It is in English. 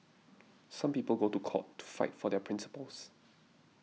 some people go to court to fight for their principles